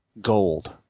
gold